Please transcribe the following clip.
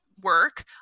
work